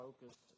focused